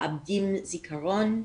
מאבדים זיכרון,